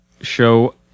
show